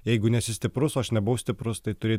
jeigu nesi stiprus aš nebuvau stiprus tai turi